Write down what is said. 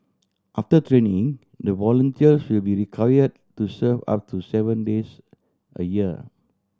after training the volunteers will be required to serve up to seven days a year